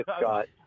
Scott